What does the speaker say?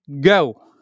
go